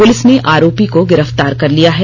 police ने आरोपी को गिरफ्तार कर लिया है